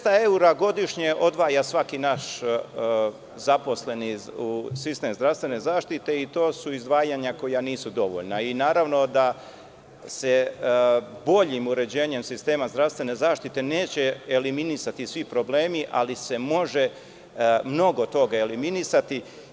Dvesta evra godišnje odvaja svaki naš zaposleni u sistem zdravstvene zaštite i to su izdvajanja koja nisu dovoljna i naravno da se boljim uređenjem sistema zdravstvene zaštite neće eliminisati svi problemi, ali se može mnogo toga eliminisati.